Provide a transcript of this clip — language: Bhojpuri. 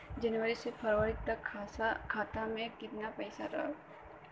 जनवरी से फरवरी तक खाता में कितना पईसा रहल?